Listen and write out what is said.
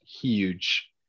huge